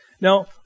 Now